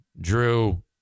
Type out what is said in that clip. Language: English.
drew